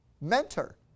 mentor